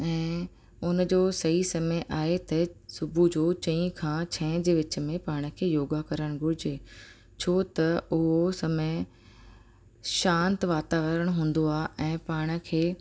ऐं हुनजो सही समय आहे त सुबुह जो चई खां छह जे विच में पाण खे योगा करण घुरिजे छो त उहो समय शांति वातावरणु हूंदो आहे ऐं पाण खे